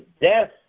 death